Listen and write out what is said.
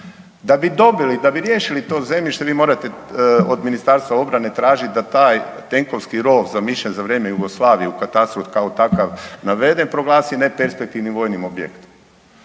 Da bi dobili, da bi riješili to zemljište vi morate od Ministarstva obrane tražit da taj tenkovski rov zamišljen za vrijeme Jugoslavije u katastru kao takav naveden proglasi neperspektivnim vojnim objektom.